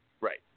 Right